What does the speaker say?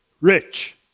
rich